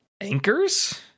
Anchors